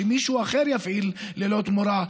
שמישהו אחר יפעיל ללא תמורה,